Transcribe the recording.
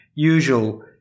usual